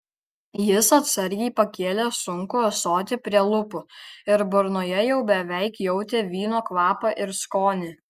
jis atsargiai pakėlė sunkų ąsotį prie lūpų ir burnoje jau beveik jautė vyno kvapą ir skonį